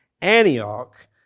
Antioch